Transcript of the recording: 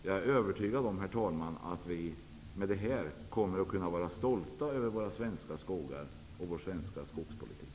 Jag är, herr talman, övertygad om att vi med detta kommer att kunna vara stolta över våra svenska skogar och vår svenska skogspolitik.